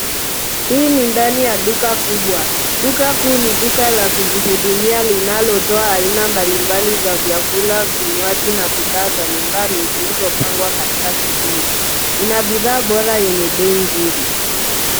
Hii ni ndani ya duka kubwa. Duka kuu ni duka la kujihudumia linalotoa aina mbalimbali za vyakula, vinywaji na bidhaa za nyumbani zilizopangwa katika sehemu. Ina bidhaa bora yenye bei nzuri.